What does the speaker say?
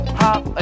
hop